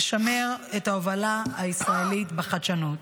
לשמר את ההובלה הישראלית בחדשנות.